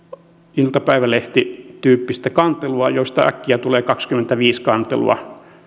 iltapäivälehtityyppistä asiaa josta äkkiä tulee kaksikymmentäviisi kantelua